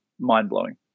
mind-blowing